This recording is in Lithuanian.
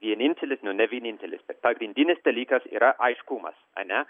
vienintelis ne vienintelis pagrindinis dalykas yra aiškumas ane